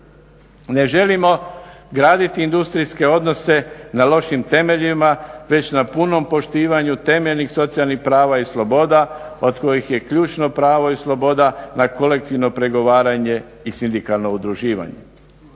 Ne želimo graditi industrijske odnose na lošim temeljima već na punom poštivanju temeljnih socijalnih prava i sloboda od kojih je ključno pravo i sloboda na kolektivno pregovaranje i sindikalno udruživanje.